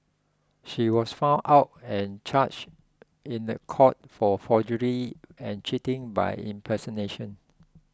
she was found out and charged in the court for forgery and cheating by impersonation